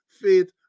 faith